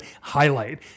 highlight